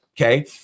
Okay